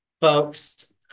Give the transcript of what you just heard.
Folks